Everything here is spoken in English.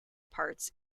parts